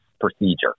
procedure